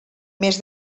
més